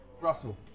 Russell